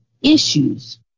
issues